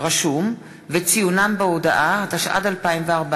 רשום וציונם בהודעה), התשע"ד 2014,